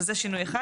אז זה שינוי אחד.